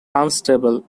unstable